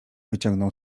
wyciągnął